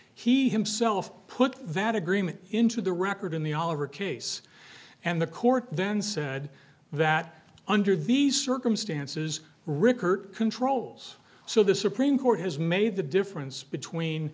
he himself put that agreement into the record in the oliver case and the court then said that under these circumstances recur controls so the supreme court has made the difference between